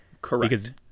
Correct